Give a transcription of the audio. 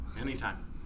Anytime